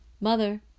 Mother